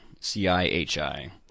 CIHI